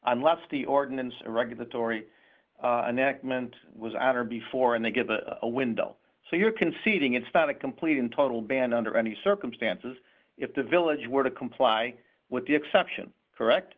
unless the ordinance and regulatory neck meant was out or before and they give it a window so you're conceding it's not a complete and total ban under any circumstances if the village were to comply with the exception correct